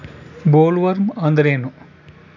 Bollworm ಅಂದ್ರೇನು?